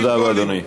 תודה רבה, אדוני.